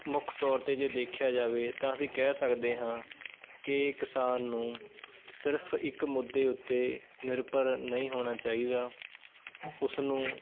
ਮੁੱਖ ਤੌਰ 'ਤੇ ਜੇ ਦੇਖਿਆ ਜਾਵੇ ਤਾਂ ਅਸੀਂ ਕਹਿ ਸਕਦੇ ਹਾਂ ਕਿ ਕਿਸਾਨ ਨੂੰ ਸਿਰਫ਼ ਇੱਕ ਮੁੱਦੇ ਉੱਤੇ ਨਿਰਭਰ ਨਹੀਂ ਹੋਣਾ ਚਾਹੀਦਾ ਉਸਨੂੰ